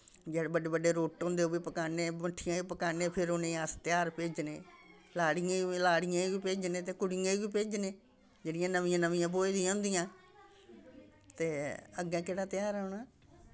जेह्ड़े बड्डे बड्डे रुट्ट होंदे ओह् बी पकाने मट्ठियां बी पकाने फिर उ'नें अस तेहरा भेजने लाड़ियें लाड़ियें बी भेजने ते कुड़ियें बी भेजने जेह्ड़ियां नमियां नमियां ब्होई दियां होंदियां ते अग्गै केह्ड़ा तेहार औना